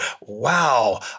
wow